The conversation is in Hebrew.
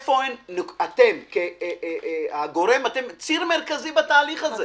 אתם כציר מרכזי בתהליך הזה.